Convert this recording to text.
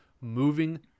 Moving